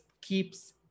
keeps